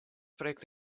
проект